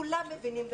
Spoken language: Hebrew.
כולם מבינים בחינוך,